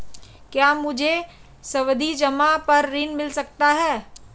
क्या मुझे सावधि जमा पर ऋण मिल सकता है?